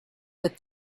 with